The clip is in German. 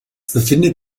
befindet